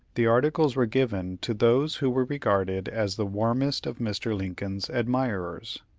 the articles were given to those who were regarded as the warmest of mr. lincoln's admirers.